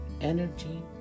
energy